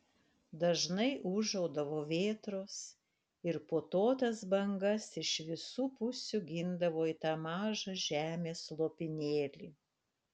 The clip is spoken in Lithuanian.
dažnai ūžaudavo vėtros ir putotas bangas iš visų pusių gindavo į tą mažą žemės lopinėlį